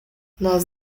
nós